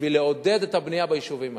בשביל לעודד את הבנייה ביישובים האלה.